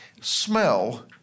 smell